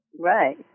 Right